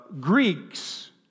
Greeks